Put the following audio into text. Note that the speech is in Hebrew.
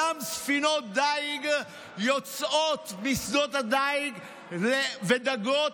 אותן ספינות דיג יוצאות בשדות הדיג ודגות